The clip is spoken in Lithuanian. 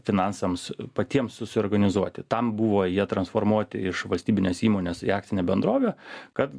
finansams patiems susiorganizuoti tam buvo jie transformuoti iš valstybinės įmonės į akcinę bendrovę kad